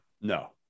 No